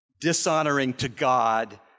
dishonoring-to-God